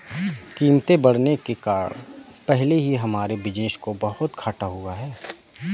कीमतें बढ़ने के कारण पहले ही हमारे बिज़नेस को बहुत घाटा हुआ है